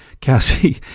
Cassie